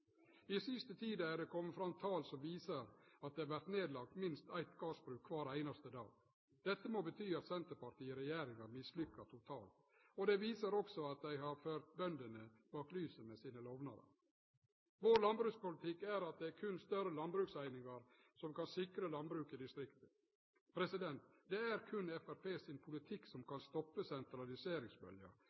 den siste tida har det kome fram tal som viser at det vert lagt ned minst eitt gardsbruk kvar einaste dag. Dette må bety at Senterpartiet i regjering har mislykkast totalt, og det viser òg at dei har ført bøndene bak lyset med sine lovnader. Vår landbrukspolitikk er at det berre er større landbrukseiningar som kan sikre landbruket i distriktet. Det er berre Framstegspartiet sin politikk som kan stoppe sentraliseringsbølgja,